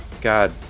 God